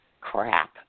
crap